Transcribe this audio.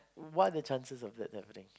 what the chances of that happening